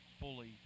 fully